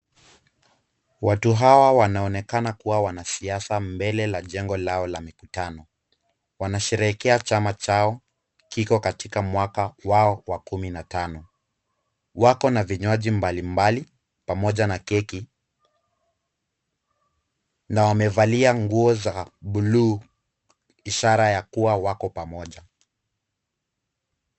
Watu hawa wanaonekana kuwa wanasiasa mbele la jengo lao la mikutano. Wanasherehekea chama chao, kiko katika mwaka wao wa kumi na tano. Wako na vinywaji mbalimbali pamoja na keki na wamevalia nguo za bluu ishara ya kuwa wako pamoja.